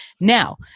Now